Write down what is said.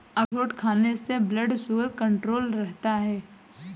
अखरोट खाने से ब्लड शुगर कण्ट्रोल रहता है